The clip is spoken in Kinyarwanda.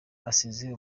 asize